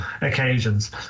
occasions